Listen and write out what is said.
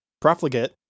Profligate